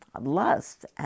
lust